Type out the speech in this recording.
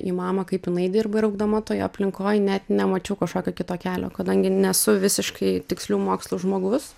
į mamą kaip jinai dirba ir augdama toj aplinkoj net nemačiau kažko kito kelio kadangi nesu visiškai tikslių mokslų žmogus